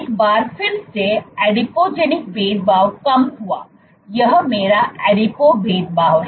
एक बार फिर से Adipogenic भेदभाव कम हुआ यह मेरा adipo भेदभाव है